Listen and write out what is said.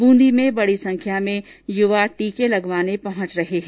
ब्रंदी में बड़ी संख्या में युवा टीके लगवाने पहुंच रहे हैं